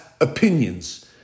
opinions